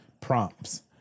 prompts